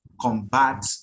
combat